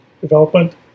development